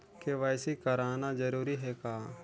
KYC कराना जरूरी है का?